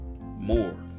more